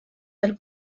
del